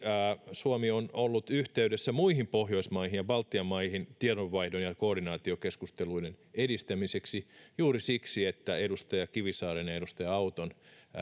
suomi on ollut yhteydessä muihin pohjoismaihin ja baltian maihin tiedonvaihdon ja ja koordinaatiokeskusteluiden edistämiseksi juuri siksi että edustaja kivisaaren ja edustaja auton